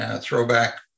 throwback